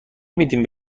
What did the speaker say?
میدین